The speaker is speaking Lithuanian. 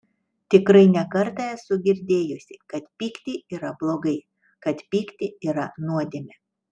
tikrai ne kartą esu girdėjusi kad pykti yra blogai kad pykti yra nuodėmė